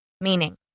Meaning